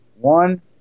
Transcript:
One